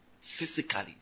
Physically